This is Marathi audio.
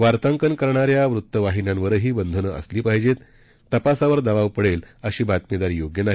वार्तांकन करणाऱ्या वृत्तवाहिन्यांवरही बंधनं असली पाहिजेत तपासावर दबाव पडेल अशी बातमीदारी योग्य नाही